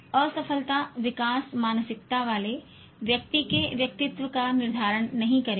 असफलता विकास मानसिकता वाले व्यक्ति के व्यक्तित्व का निर्धारण नहीं करेगी